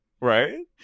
Right